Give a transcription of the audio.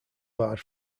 barred